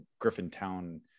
Griffintown